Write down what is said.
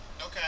Okay